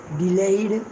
delayed